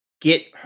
get